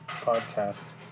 podcast